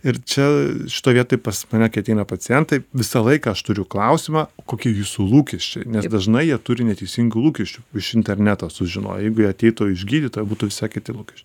ir čia šitoj vietoj pas mane kai ateina pacientai visą laiką aš turiu klausimą kokie jūsų lūkesčiai nes dažnai jie turi neteisingų lūkesčių iš interneto sužinoję jeigu jie ateitų iš gydytojo būtų visai kiti lūkesčiai